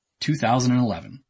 2011